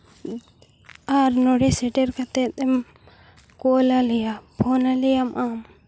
ᱟᱨ ᱱᱚᱸᱰᱮ ᱥᱮᱴᱮᱨ ᱠᱟᱛᱮᱫ ᱮᱢ ᱠᱚᱞ ᱟᱞᱮᱭᱟ ᱯᱷᱳᱱᱟᱞᱮᱭᱟᱢ ᱟᱢ